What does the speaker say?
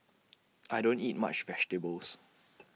I don't eat much vegetables